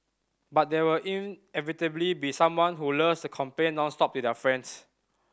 but there were inevitably be someone who loves to complain nonstop to their friends